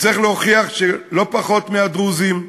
נצטרך להוכיח שלא פחות מהדרוזים,